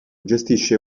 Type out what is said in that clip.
gestisce